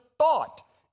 thought